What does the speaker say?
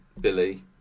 Billy